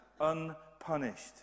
unpunished